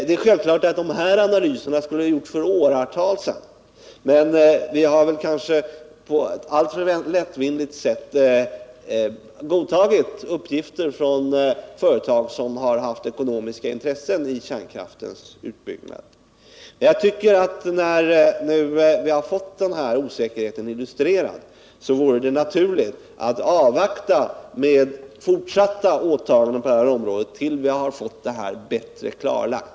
Det är självklart att de här analyserna borde ha gjorts för åratal sedan, men vi har, kanske på ett alltför lättvindigt sätt, godtagit uppgifter från företag som här haft ekonomiska intressen i kärnkraftens utbyggnad. När vi nu har fått denna osäkerhet illustrerad tycker jag det vore naturligt att avvakta med fortsatta åtaganden på detta område tills vi har fått frågan bättre klarlagd.